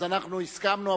אנחנו הסכמנו,